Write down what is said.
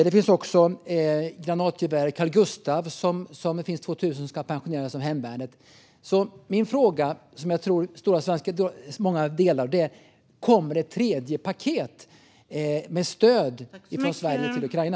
Vi har också 2 000 granatgevär Carl Gustaf som ska pensioneras från hemvärnet. Min fråga, som jag tror att många delar, är: Kommer det ett tredje paket med stöd från Sverige till Ukraina?